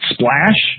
Splash